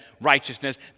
righteousness